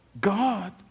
God